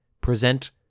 present